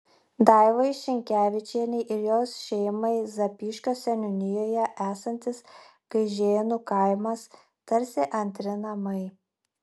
daivai šinkevičienei ir jos šeimai zapyškio seniūnijoje esantis gaižėnų kaimas tarsi antri namai